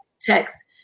text